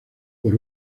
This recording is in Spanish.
por